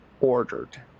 ordered